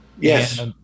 yes